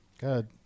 good